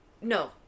no